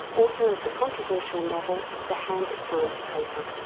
author of the controversial novel, the hand that signed the paper.